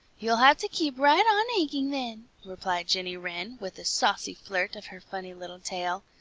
you'll have to keep right on aching then, replied jenny wren, with a saucy flirt of her funny little tail.